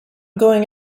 going